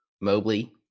mobley